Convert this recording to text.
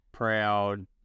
Proud